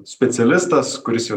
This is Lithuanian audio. specialistas kuris jau